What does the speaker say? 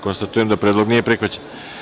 Konstatujem da ovaj predlog nije prihvaćen.